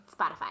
Spotify